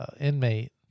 inmate